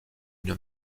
une